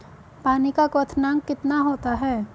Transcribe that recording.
पानी का क्वथनांक कितना होता है?